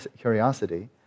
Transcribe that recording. curiosity